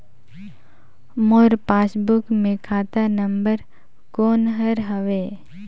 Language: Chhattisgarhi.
मोर पासबुक मे खाता नम्बर कोन हर हवे?